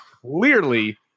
clearly